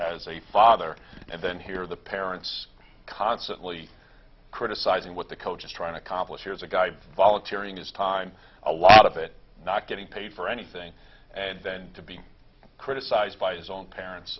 as a father and then hear the parents constantly criticizing what the coach is trying to accomplish here's a guy volunteering his time a lot of it not getting paid for anything and then to be criticized by his own parents